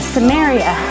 Samaria